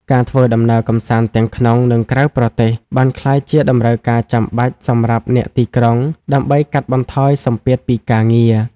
ការធ្វើដំណើរកម្សាន្តទាំងក្នុង និងក្រៅប្រទេស បានក្លាយជាតម្រូវការចាំបាច់សម្រាប់អ្នកទីក្រុងដើម្បីកាត់បន្ថយសម្ពាធពីការងារ។